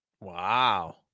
Wow